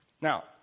Now